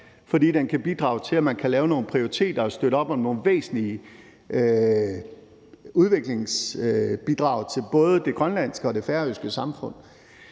fordi den kan bidrage til, at man kan lave nogle prioriteter og støtte op om nogle væsentlige udviklingsbidrag til både det grønlandske og det færøske samfund.